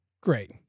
Great